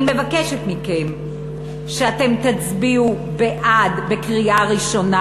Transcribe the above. אני מבקשת מכם שאתם תצביעו בעד בקריאה ראשונה,